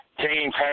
teams